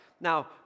Now